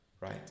right